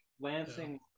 Lansing